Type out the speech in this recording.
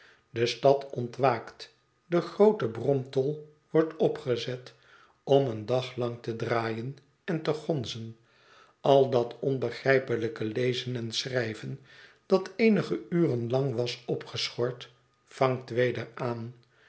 de stad ontwaakt de grootebromtol wordt opgezet om een dag lang te draaien en te gonzen al dat onbegrijpelijke lezen en schrijven dat eenige uren lang was opgeschort vangt weder aan